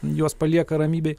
juos palieka ramybėj